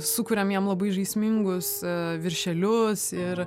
sukuriam jiem labai žaismingus viršelius ir